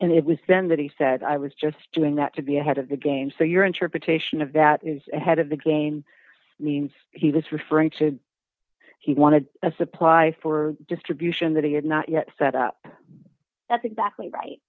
and it was then that he said i was just doing that to be ahead of the game so your interpretation of that is ahead of the game means he was referring to he wanted a supply for distribution that he had not yet set up that's exactly right